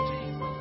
Jesus